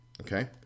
Okay